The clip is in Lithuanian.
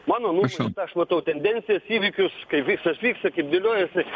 mano nuomone aš matau tendencijas įvykius kaip viskas vyksta kaip dėliojasi